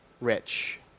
rich